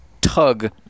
tug